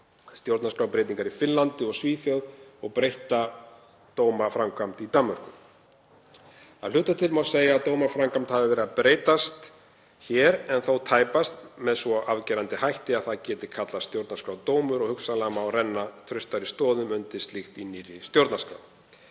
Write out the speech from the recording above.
stjórnarskrárbreytingar í Finnlandi og Svíþjóð og breytta dómaframkvæmd í Danmörku. Að hluta til má segja að dómaframkvæmd hafi verið að breytast hér en þó tæpast með svo afgerandi hætti að það geti kallast stjórnarskrárdómur. Hugsanlega má renna traustari stoðum undir slíkt í nýrri stjórnarskrá.